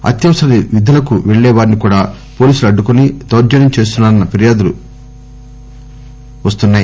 అత్యవసర విధులకు పెళ్లేవారిని కూడా పోలీసులు అడ్డుకొని దౌర్ఖన్యం చేస్తున్నా రన్న ఫిర్యాదులు వస్తున్నాయి